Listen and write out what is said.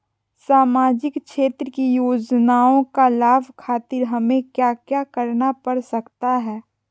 सामाजिक क्षेत्र की योजनाओं का लाभ खातिर हमें क्या क्या करना पड़ सकता है?